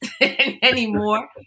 anymore